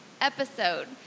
episode